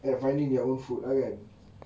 at finding their own food ah kan